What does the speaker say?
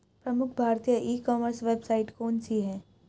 प्रमुख भारतीय e commerce website कौन कौन सी हैं?